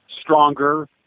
stronger